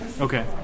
Okay